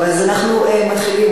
אנחנו מתחילים.